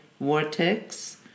vortex